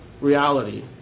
reality